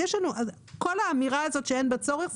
כל האמירה הזאת שאין בה צורך,